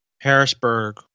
Harrisburg